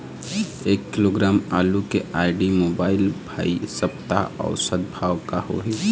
एक किलोग्राम आलू के आईडी, मोबाइल, भाई सप्ता औसत भाव का होही?